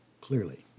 clearly